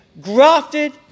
grafted